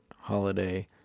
holiday